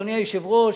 אדוני היושב-ראש,